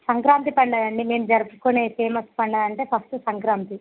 సంక్రాంతి పండుగ అండి మేము జరుపుకునే ఫేమస్ పండుగ అంటే ఫస్ట్ సంక్రాంతి